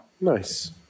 Nice